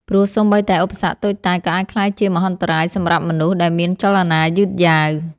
ព្រោះសូម្បីតែឧបសគ្គតូចតាច ក៏អាចក្លាយជាមហន្តរាយសម្រាប់មនុស្សដែលមានចលនាយឺតយ៉ាវ។